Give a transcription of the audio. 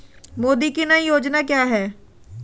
मोदी की नई योजना क्या है?